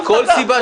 מכול סיבה שהיא.